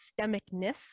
systemicness